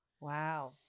wow